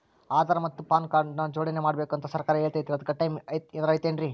ಆಧಾರ ಮತ್ತ PAN card ನ ಜೋಡಣೆ ಮಾಡ್ಬೇಕು ಅಂತಾ ಸರ್ಕಾರ ಹೇಳೈತ್ರಿ ಅದ್ಕ ಟೈಮ್ ಏನಾರ ಐತೇನ್ರೇ?